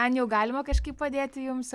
ten jau galima kažkaip padėti jums